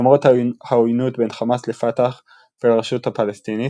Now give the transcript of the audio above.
למרות העוינות בין חמאס לפת"ח ולרשות הפלסטינית,